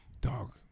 Dog